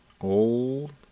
Old